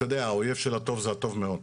אתה יודע, האויב של הטוב הוא הטוב מאוד.